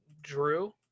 drew